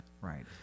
Right